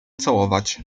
całować